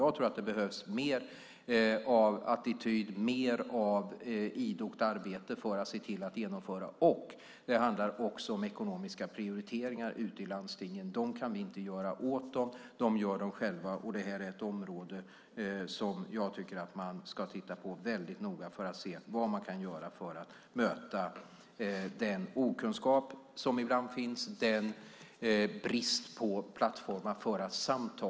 Jag tror att det behövs mer av attityd och mer av idogt arbete för att se till att genomföra detta. Det handlar också om ekonomiska prioriteringar ute i landstingen. Vi kan inte göra dem åt landstingen. De gör dem själva. Det här är ett område som jag tycker att man ska titta väldigt noga på för att se vad man kan göra för att möta den okunskap som ibland finns och bristen på plattformar för att samtala.